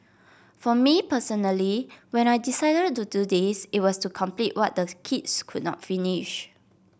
for me personally when I decided to do this it was to complete what the kids could not finish